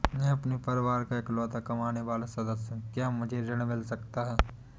मैं अपने परिवार का इकलौता कमाने वाला सदस्य हूँ क्या मुझे ऋण मिल सकता है?